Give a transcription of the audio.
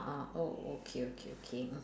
ah oh okay okay okay